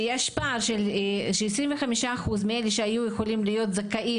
שיש פער של 25% מאלה שהיו יכולים להיות זכאים